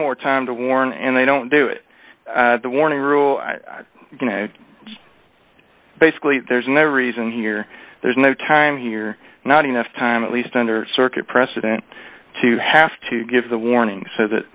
more time to warn and they don't do it the warning rule basically there's never eason here there's no time here not enough time at least under circuit precedent to have to give the warning so that